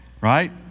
right